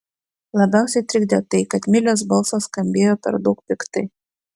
labiausiai trikdė tai kad milės balsas skambėjo per daug piktai